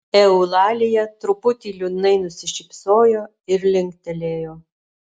eulalija truputį liūdnai nusišypsojo ir linktelėjo